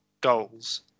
goals